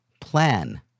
Plan